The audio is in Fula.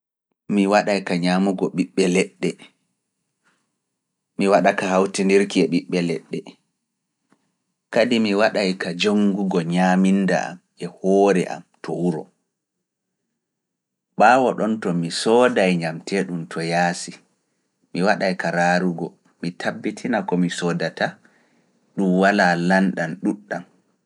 Mi waɗa ka ñaamugo ɓiɓɓe leɗɗe, mi waɗa ka hawtinirki e ɓiɓɓe leɗɗe, kadi mi waɗa ka jooŋgugo ñaaminda am e hoore am to wuro. Ɓaawo ɗon to mi sooday ñamtee ɗum to yaasi, mi waɗa ka raarugo, mi tabbitina ko mi soodata, ɗum walaa lanɗam ɗuuɗɗam.